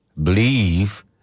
believe